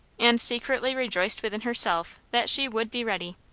and secretly rejoiced within herself that she would be ready.